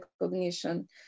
recognition